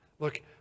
Look